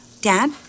Dad